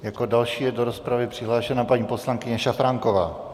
Jako další je do rozpravy přihlášena paní poslankyně Šafránková.